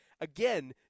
again